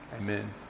Amen